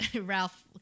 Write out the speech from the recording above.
Ralph